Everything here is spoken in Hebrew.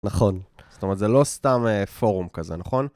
נכון, זאת אומרת זה לא סתם פורום כזה, נכון?